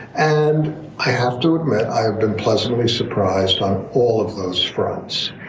and i have to admit, i have been pleasantly surprised on all of those fronts.